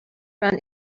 run